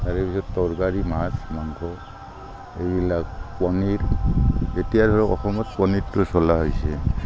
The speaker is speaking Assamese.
তাৰপিছত তৰকাৰী মাছ মাংস এইবিলাক পনীৰ এতিয়া ধৰক অসমত পনীৰটো চলা হৈছে